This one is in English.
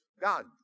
God